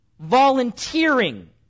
volunteering